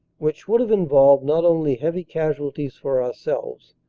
which would have involved not only heavy casualties for ourselves,